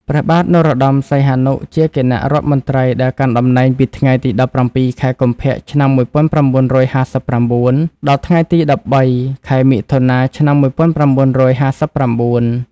ព្រះបាទនរោត្តម សីហនុ ជាគណៈរដ្ឋមន្ត្រីដែលកាន់តំណែងពីថ្ងៃទី ១៧ ខែកុម្ភៈ ឆ្នាំ១៩៥៩ ដល់ថ្ងៃទី ១៣ ខែមិថុនា ឆ្នាំ១៩៥៩។